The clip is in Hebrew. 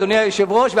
אדוני היושב-ראש,